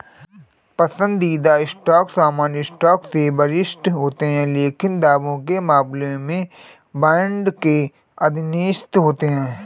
पसंदीदा स्टॉक सामान्य स्टॉक से वरिष्ठ होते हैं लेकिन दावों के मामले में बॉन्ड के अधीनस्थ होते हैं